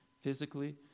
physically